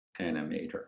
animator